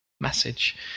message